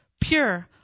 pure